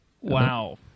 Wow